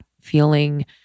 feeling